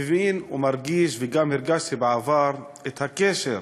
מבין ומרגיש, וגם הרגשתי בעבר, את הקשר